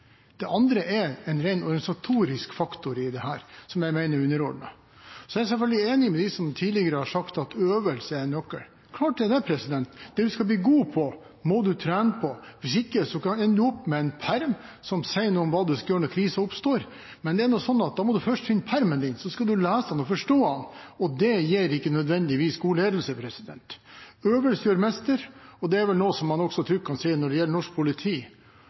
Det andre er en ren organisatorisk faktor i dette, som jeg mener er underordnet. Jeg er selvfølgelig enig med dem som tidligere har sagt at øvelse er en nøkkel. Klart det er det – det man skal bli god i, må man trene på. Hvis ikke kan man ende opp med en perm som sier noe om hva man skal gjøre når kriser oppstår, men da må man først finne permen sin, og så skal man lese den og forstå den. Det gir ikke nødvendigvis god ledelse. Øvelse gjør mester, og det er vel noe som man trygt kan si også når det gjelder norsk politi.